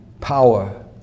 power